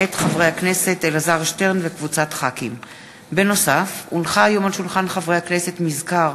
מאת חברי הכנסת זבולון כלפה, איציק שמולי,